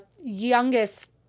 youngest